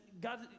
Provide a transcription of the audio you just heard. God